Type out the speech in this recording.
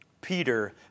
Peter